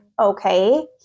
okay